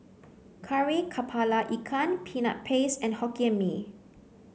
Kari Kepala Ikan Peanut Paste and Hokkien Mee